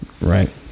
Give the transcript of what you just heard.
Right